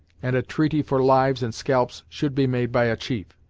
and a treaty for lives and scalps should be made by a chief.